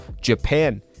Japan